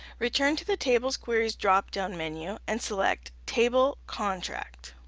return to the tables queries drop-down menu and select table contract.